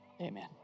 Amen